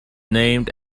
named